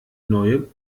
neue